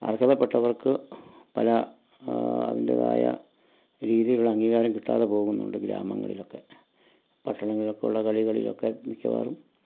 അർഹതപ്പെട്ടവർക്ക് പല അതിന്റെതായ രീതിയുള്ള അംഗീകാരം കിട്ടാതെ പോകുന്നുണ്ട് ഗ്രാമങ്ങളിലൊക്കെ പട്ടണങ്ങളിലൊക്കെയുള്ള കളികളിൽ ഒക്കെ മിക്കവാറും